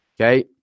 Okay